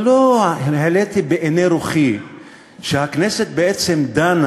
אבל לא העליתי בעיני רוחי שהכנסת בעצם דנה